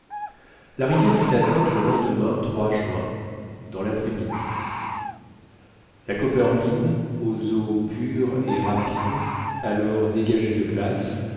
la rivière fut atteinte le lendemain juin dans l'après-midi la coppermine aux eaux pures et rapides alors dégagée de glaces